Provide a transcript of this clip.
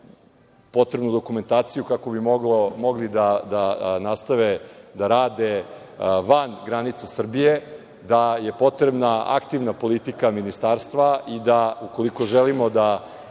potrebnu dokumentaciju kako bi mogli da nastave da rade van granica Srbije, da je potrebna aktivna politika ministarstva i da ukoliko želimo da